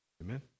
Amen